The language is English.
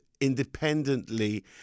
independently